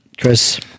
Chris